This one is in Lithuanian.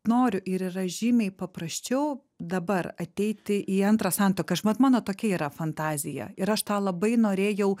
noriu ir yra žymiai paprasčiau dabar ateiti į antrą santuoką mano tokia yra fantazija ir aš tą labai norėjau